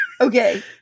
Okay